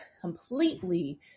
completely